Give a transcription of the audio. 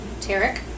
Tarek